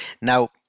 Now